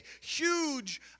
huge